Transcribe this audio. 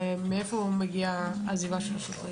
מאיפה מגיעה עזיבת השוטרים?